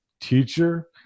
teacher